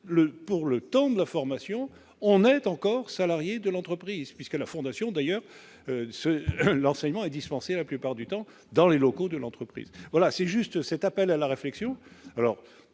pour, le temps de formation, on est encore salarié de l'entreprise puisque la fondation d'ailleurs ce l'enseignement est dispensé la plupart du temps dans les locaux de l'entreprise, voilà c'est juste cet appel à la réflexion,